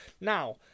Now